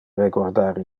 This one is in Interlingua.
reguardar